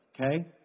okay